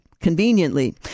conveniently